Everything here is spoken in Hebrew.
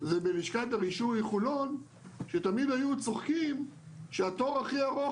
זה בלשכת הרישוי חולון שתמיד היו צוחקים שהתור הכי ארוך